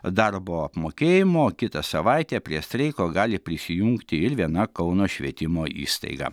darbo apmokėjimo kitą savaitę prie streiko gali prisijungti ir viena kauno švietimo įstaiga